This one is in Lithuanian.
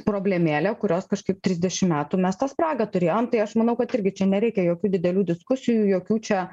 problemėlė kurios kažkaip trisdešim metų mes tą spragą turėjom tai aš manau kad irgi čia nereikia jokių didelių diskusijų jokių čia